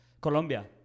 Colombia